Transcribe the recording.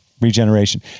Regeneration